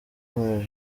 brown